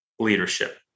leadership